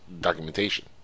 documentation